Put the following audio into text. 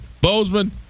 Bozeman